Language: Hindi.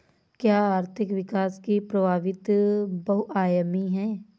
क्या आर्थिक विकास की प्रवृति बहुआयामी है?